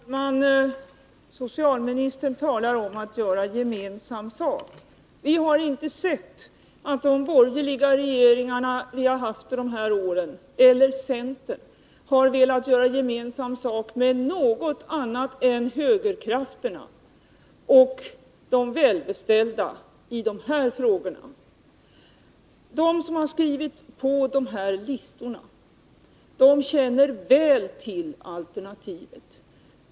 Fru talman! Socialministern talar om att göra gemensam sak. Men vi har inte sett att de borgerliga regeringar som vi haft under de här åren eller centern har velat göra gemensam sak i de här frågorna med något annat än högerkrafterna och de välbeställda. De som har skrivit på dessa listor känner väl till alternativet.